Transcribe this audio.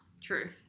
True